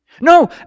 No